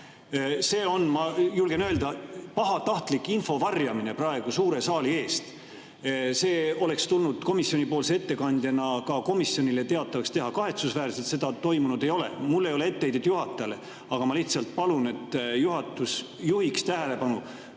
See on, ma julgen öelda, pahatahtlik info varjamine praegu suure saali eest. See oleks tulnud komisjonipoolsel ettekandjal ka [suurele saalile] teatavaks teha. Kahetsusväärselt seda toimunud ei ole. Mul ei ole etteheidet juhatajale, aga ma lihtsalt palun, et juhatus juhiks